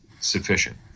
sufficient